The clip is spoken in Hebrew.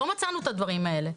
לא מצאנו את הדברים האלה.